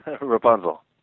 Rapunzel